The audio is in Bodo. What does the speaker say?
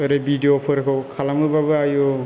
ओरै भिदिअफोरखौ खालामोबाबो आयौ